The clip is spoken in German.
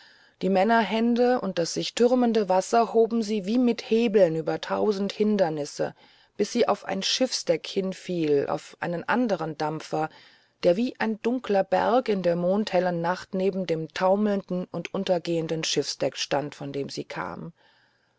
die männerhände und das sich türmende wasser hoben sie wie mit hebeln über tausend hindernisse bis sie auf ein schiffsdeck hinfiel auf einen andern dampfer der wie ein dunkler berg in der mondhellen nacht neben dem taumelnden und untergehenden schiffsdeck stand von dem sie kam